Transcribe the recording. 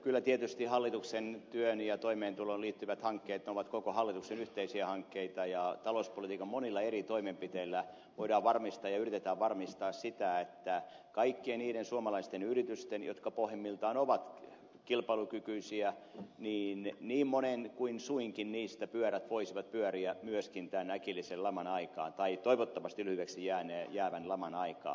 kyllä tietysti hallituksen työhön ja toimeentuloon liittyvät hankkeet ovat koko hallituksen yhteisiä hankkeita ja talouspolitiikan monilla eri toimenpiteillä voidaan varmistaa ja yritetään varmistaa sitä että kaikkien niiden suomalaisten yritysten jotka pohjimmiltaan ovat kilpailukykyisiä niin monen kuin suinkin niistä pyörät voisivat pyöriä myöskin tämän äkillisen laman aikaan tai toivottavasti lyhyeksi jäävän laman aikaan